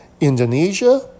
Indonesia